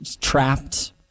trapped